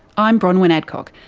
i'm bronwyn adcock.